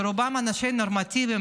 שרובם אנשים נורמטיביים,